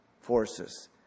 forces